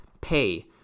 pay